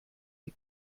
die